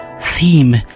Theme